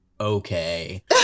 okay